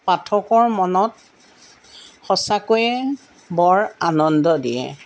পাঠকৰ মনত সঁচাকৈয়ে বৰ আনন্দ দিয়ে